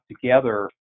together